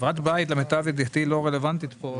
חברת בית, למיטב ידיעתי היא לא רלוונטית כאן.